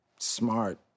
smart